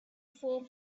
four